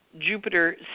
Jupiter